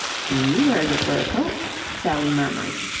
he wears a fur coat, sally murmured.